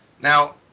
Now